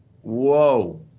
Whoa